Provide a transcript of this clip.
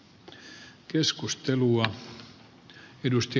arvoisa puhemies